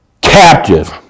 captive